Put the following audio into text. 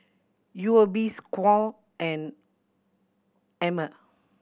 U O B score and Ema